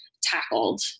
tackled